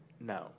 No